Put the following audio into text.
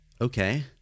Okay